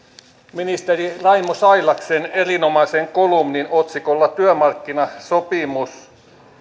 ministeri raimo sailaksen erinomaisen kolumnin otsikolla työmarkkinasopimus